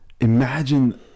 imagine